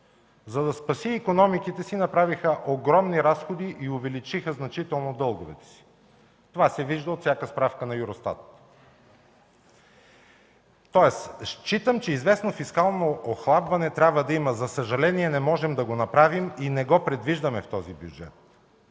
за да спасят икономиките си, направиха огромни разходи и увеличиха значително дълговете си. Това се вижда от всяка справка на Евростат. Тоест, считам, че известно фискално охлабване трябва да има. За съжаление не можем да го направим и не го предвиждаме в този бюджет.